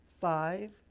five